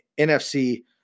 NFC